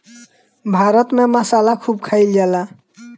भारत में मसाला खूब खाइल जाला